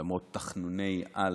למרות תחנוני-על